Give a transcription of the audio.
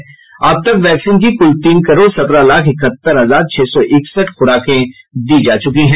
इस तरह अब तक वैक्सीन की कुल तीन करोड़ सत्रह लाख इकहत्तर हजार छह सौ इकसठ खुराकें दी जा चुकी हैं